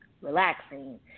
relaxing